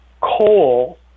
coal